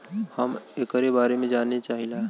हम एकरे बारे मे जाने चाहीला?